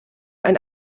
ein